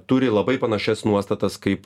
turi labai panašias nuostatas kaip